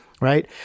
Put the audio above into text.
right